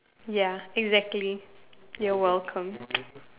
ya exactly you're welcome